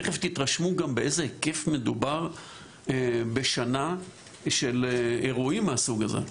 תיכף תתרשמו גם באיזה היקף מדובר בשנה של אירועים מהסוג הזה,